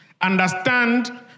understand